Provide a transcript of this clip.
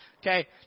Okay